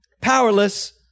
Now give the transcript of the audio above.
powerless